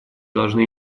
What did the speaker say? должны